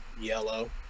Yellow